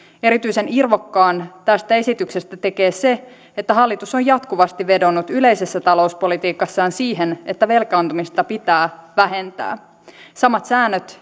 erityisen irvokkaan tästä esityksestä tekee se että hallitus on jatkuvasti vedonnut yleisessä talouspolitiikassaan siihen että velkaantumista pitää vähentää samat säännöt